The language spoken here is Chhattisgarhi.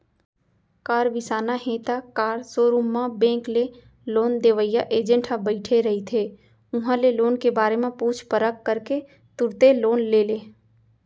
कार बिसाना हे त कार सोरूम म बेंक ले लोन देवइया एजेंट ह बइठे रहिथे उहां ले लोन के बारे म पूछ परख करके तुरते लोन ले ले